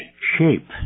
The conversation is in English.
shape